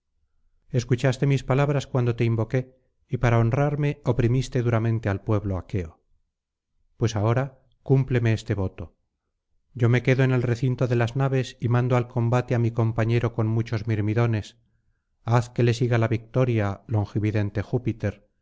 escuchaste mis palabras cuando te invoqué y para honrarme oprimiste duramente al pueblo aqueo pues ahora cúmpleme este voto yo me quedo en el recinto de las naves y mando al combate á mi compañero con muchos mirmidones haz que le siga la victoria longividente